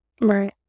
Right